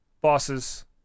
bosses